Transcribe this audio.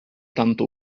tanto